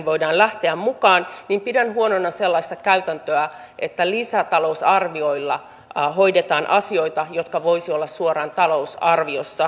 kun täällä aikaisemmin kerroin mitä edustaja niinistö tuolla twitterissä kirjoittelee niin nyt kerron mitä hän kirjoittelee facebookissa